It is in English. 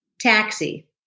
Taxi